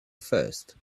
first